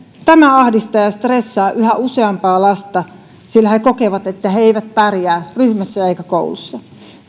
tämä ahdistaa ja stressaa yhä useampaa lasta sillä he kokevat että he he eivät pärjää ryhmässä eikä koulussa